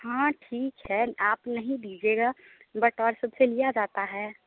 हाँ ठीक है आप नहीं दीजिएगा बट और सब से लिया जाता है